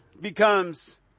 becomes